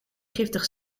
giftig